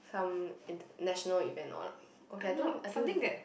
some international event or what like okay I don't I don't